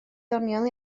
ddoniol